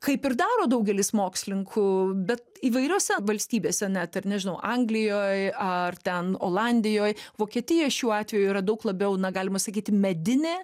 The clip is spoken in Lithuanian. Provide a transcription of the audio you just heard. kaip ir daro daugelis mokslininkų bet įvairiose valstybėse net ir nežinau anglijoj ar ten olandijoj vokietijoj šiuo atveju yra daug labiau na galima sakyti medinė